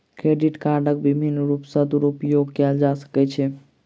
credit कार्डक विभिन्न रूप सॅ दुरूपयोग कयल जा सकै छै